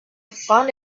found